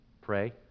Pray